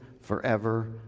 forever